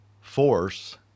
force